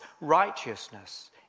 righteousness